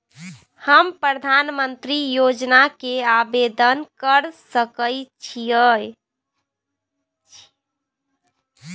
हम प्रधानमंत्री योजना के आवेदन कर सके छीये?